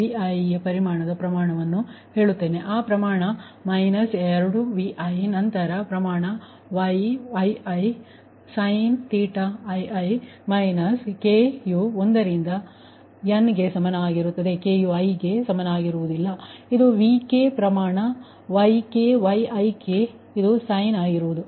ಆದ್ದರಿಂದ ಈ ಸಂದರ್ಭದಲ್ಲಿ J4 ನ ಕರ್ಣೀಯ ಅಂಶಗಳಾಗಿರುವ Qi ಏನಾಗಬಹುದು ಎಂಬುದನ್ನು ಮತ್ತೆ ನಾನು ವಿಸ್ತರಿಸಬೇಕಾಗಿದೆ ಮತ್ತು ಇದು ಏನು ಎಂದು ನಾನು ನಿಮಗೆ ಹೇಳಬೇಕಾಗಿದೆ ಮೊದಲು ನಿಮಗೆ dQidVi ಪರಿಮಾಣದ ಪ್ರಮಾಣವನ್ನು ಹೇಳುತ್ತೇನೆ ಆ ಪ್ರಮಾಣ ಮೈನಸ್ 2Vi ನಂತರ ಪ್ರಮಾಣ Yii sin ಮೈನಸ್ k ಯು 1 ರಿಂದ n ಗೆ ಸಮಾನವಾಗಿರುತ್ತದೆ k ಯು i ಗೆ ಸಮಾನವಾಗಿರುವುದಿಲ್ಲ ಇದು Vkಪ್ರಮಾಣ ಪ್ರಮಾಣ YkYikಇದು ಸೈನ್ಆಗಿರುವುದು